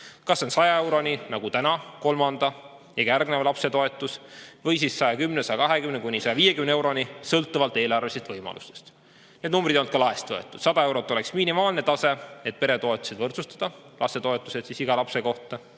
see on 100 euroni, nagu on täna kolmanda ja järgneva lapse toetus, või siis 110 või 120 või kuni 150 euroni, sõltuvalt eelarvelistest võimalustest. Need numbrid ei olnud laest võetud. 100 eurot oleks minimaalne tase, et peretoetused võrdsustada, lastetoetused iga lapse kohta.